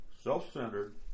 self-centered